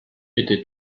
était